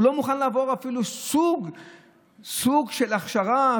הוא לא מוכן לעבור אפילו סוג של הכשרה,